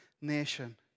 nation